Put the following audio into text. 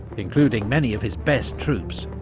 including many of his best troops,